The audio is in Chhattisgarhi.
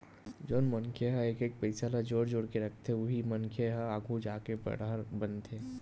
जउन मनखे ह एक एक पइसा ल जोड़ जोड़ के रखथे उही मनखे मन ह आघु जाके बड़हर बनथे